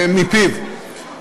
מפיו.